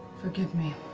forgive me